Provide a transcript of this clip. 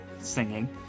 singing